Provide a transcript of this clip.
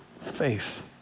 faith